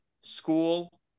school